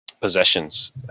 Possessions